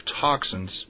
toxins